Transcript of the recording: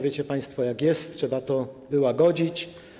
Wiecie państwo, jak jest - trzeba to załagodzić.